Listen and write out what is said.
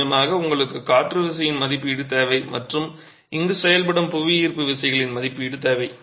நிச்சயமாக உங்களுக்கு காற்று விசையின் மதிப்பீடு தேவை மற்றும் இங்கு செயல்படும் புவியீர்ப்பு விசைகளின் மதிப்பீடு தேவை